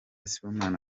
sibomana